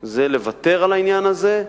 זה לוותר על העניין הזה,